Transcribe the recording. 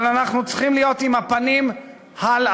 אבל אנחנו צריכים להיות עם הפנים הלאה.